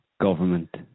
government